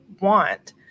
want